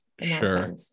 Sure